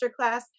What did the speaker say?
Masterclass